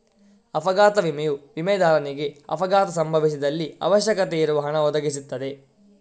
ಅಪಘಾತ ವಿಮೆಯು ವಿಮೆದಾರನಿಗೆ ಅಪಘಾತ ಸಂಭವಿಸಿದಲ್ಲಿ ಅವಶ್ಯಕತೆ ಇರುವ ಹಣ ಒದಗಿಸ್ತದೆ